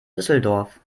düsseldorf